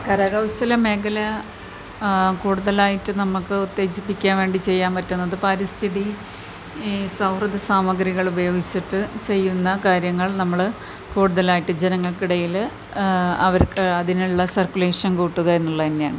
കരകൗശല മേഖല കൂടുതലായിട്ട് നമുക്ക് ഉത്തേജിപ്പിക്കാൻ വേണ്ടി ചെയ്യാൻ പറ്റുന്നത് പരിസ്ഥിതി സൗഹൃദ സാമഗ്രികൾ ഉപയോഗിച്ചിട്ട് ചെയ്യുന്ന കാര്യങ്ങൾ നമ്മൾ കൂടുതലായിട്ട് ജനങ്ങൾക്കിടയിൽ അവർക്ക് അതിനുള്ള സർക്കുലേഷൻ കൂട്ടുക എന്നുള്ളത് തന്നെയാണ്